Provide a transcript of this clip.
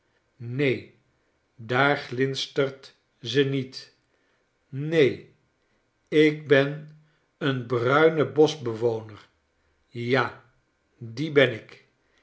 neen daar glinstert ze niet neen ik ben een bruine boschbewoner ja die ben ik